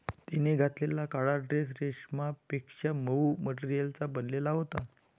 तिने घातलेला काळा ड्रेस रेशमापेक्षा मऊ मटेरियलचा बनलेला होता